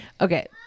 Okay